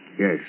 Yes